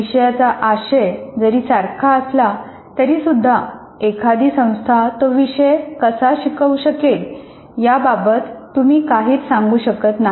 विषयाचा आशय जरी सारखा असला तरीसुद्धा एखादी संस्था तो विषय कसा शिकवू शकेल याबाबत तुम्ही काहीच सांगू शकत नाही